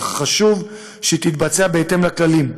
אך חשוב שהיא תתבצע בהתאם לכללים,